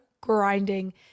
grinding